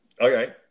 Okay